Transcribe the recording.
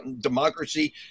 democracy